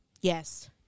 yes